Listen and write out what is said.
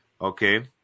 Okay